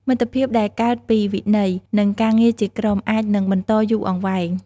មិត្តភាពដែលកើតពីវិន័យ និងការងារជាក្រុម អាចនឹងបន្តយូរអង្វែង។